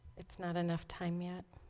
it's not enough time yet